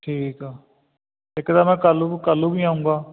ਠੀਕ ਆ ਇੱਕ ਤਾਂ ਮੈਂ ਕੱਲ੍ਹ ਕੱਲ ਨੂੰ ਵੀ ਆਉਂਗਾ